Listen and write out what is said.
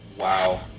Wow